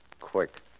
Quick